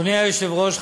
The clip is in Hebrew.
אדוני היושב-ראש,